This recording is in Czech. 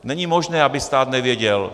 Není možné, aby stát nevěděl.